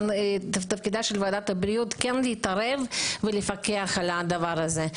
זה תפקידה של ועדת הבריאות להתערב ולפקח על הדבר זה.